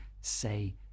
say